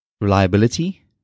reliability